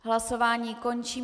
Hlasování končím.